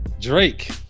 Drake